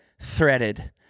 Threaded